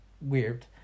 weird